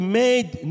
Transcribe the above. made